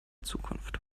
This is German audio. zukunft